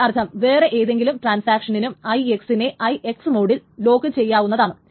അതിന്റെ അർത്ഥം വെറെ ഏതെങ്കിലും ട്രാൻസാക്ഷനിനും r1 നെ IX മോഡിൽ ലോക്കുചെയ്യാവുന്നതാണ്